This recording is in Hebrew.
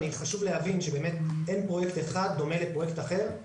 חשוב להבין שאין פרויקט אחד דומה לפרויקט אחר.